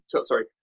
sorry